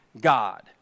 God